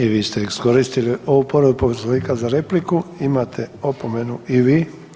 I vi ste iskoristili ovu povredu Poslovnika za repliku, imate opomenu i vi.